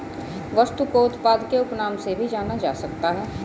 वस्तु को उत्पाद के उपनाम से भी जाना जा सकता है